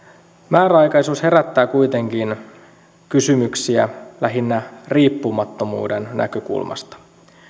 määräaikaisuus herättää kuitenkin kysymyksiä lähinnä riippumattomuuden näkökulmasta